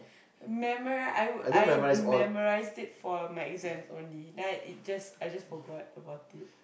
memori~ I would I memorised it for my exams only then I just I just forgot about it